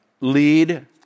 lead